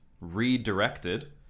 redirected